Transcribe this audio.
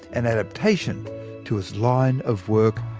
and adaptation to its line of work.